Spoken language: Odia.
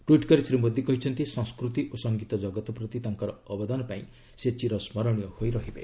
ଟ୍ୱିଟ୍ କରି ଶ୍ରୀ ମୋଦୀ କହିଛନ୍ତି ସଂସ୍କୃତି ଓ ସଂଗୀତ ଜଗତ ପ୍ରତି ତାଙ୍କର ଅବଦାନ ପାଇଁ ସେ ଚିରସ୍କରଣୀୟ ହୋଇରହିବେ